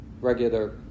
regular